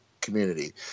community